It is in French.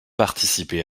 participé